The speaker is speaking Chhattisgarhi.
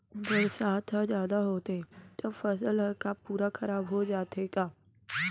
बरसात ह जादा होथे त फसल ह का पूरा खराब हो जाथे का?